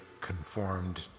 conformed